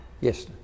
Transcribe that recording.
yes